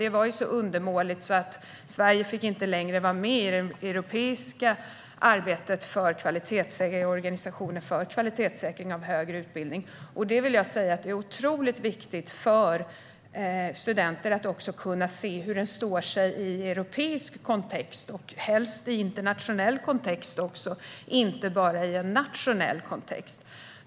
Det var så undermåligt att Sverige inte längre fick vara med i det europeiska arbetet för kvalitetssäkring eller i organisationen för kvalitetssäkring av högre utbildning. Det är otroligt viktigt för studenter att kunna se hur utbildningen står sig i en europeisk kontext, och helst ska de även kunna se hur den står sig internationellt. Detta ska inte bara gälla i en nationell kontext.